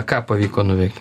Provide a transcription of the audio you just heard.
ką pavyko nuveikt